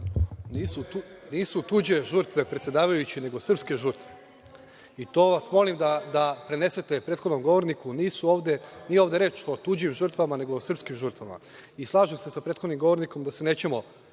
Nisu tuđe žrtve, predsedavajući, nego srpske žrtve. I to vas molim da prenesete prethodnom govorniku. Nije ovde reč o tuđim žrtvama, nego o srpskim žrtvama. Slažem se sa prethodnim govornikom da se nećemo